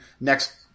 next